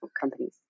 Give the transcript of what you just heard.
companies